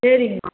சரிங்கம்மா